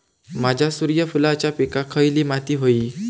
माझ्या सूर्यफुलाच्या पिकाक खयली माती व्हयी?